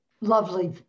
lovely